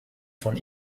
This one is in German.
von